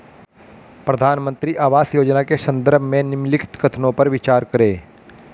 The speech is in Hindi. प्रधानमंत्री आवास योजना के संदर्भ में निम्नलिखित कथनों पर विचार करें?